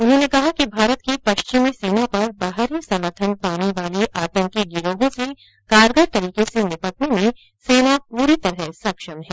उन्होंने कहा कि भारत की पश्चिमी सीमा पर बाहरी समर्थन पाने वाले आतंकी गिरोहों से कारगर तरीके से निपटने में सेना पूरी तरह सक्षम है